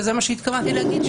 וזה מה שהתכוונתי להגיד,